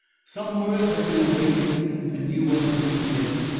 some words have been erased and new ones written in.